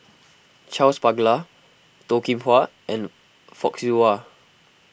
Charles Paglar Toh Kim Hwa and Fock Siew Wah